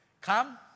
come